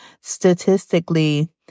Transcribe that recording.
Statistically